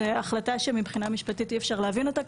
זו החלטה שמבחינה משפטית אי-אפשר להבין אותה.